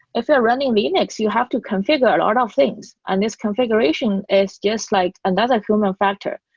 if you're running linux, you have to configure a lot of things, and this configuration is just like another human factor.